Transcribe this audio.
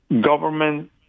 government